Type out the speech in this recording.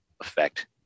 effect